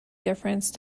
difference